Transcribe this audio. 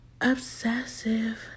obsessive